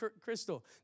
Crystal